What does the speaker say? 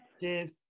Cheers